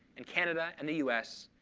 in canada and the us,